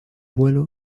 vuelo